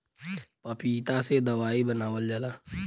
पपीता से दवाई बनावल जाला